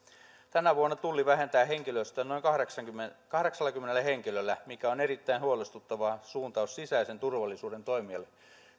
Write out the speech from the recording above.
tänä vuonna tulli vähentää henkilöstöä noin kahdeksallakymmenellä henkilöllä mikä on erittäin huolestuttava suuntaus sisäisen turvallisuuden toimijalle